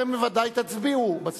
אתם בוודאי תצביעו בסוף.